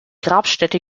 grabstätte